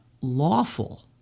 lawful